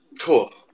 cool